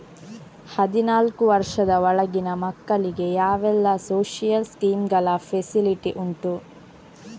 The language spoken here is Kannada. ಹದಿನಾಲ್ಕು ವರ್ಷದ ಒಳಗಿನ ಮಕ್ಕಳಿಗೆ ಯಾವೆಲ್ಲ ಸೋಶಿಯಲ್ ಸ್ಕೀಂಗಳ ಫೆಸಿಲಿಟಿ ಉಂಟು?